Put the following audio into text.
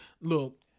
Look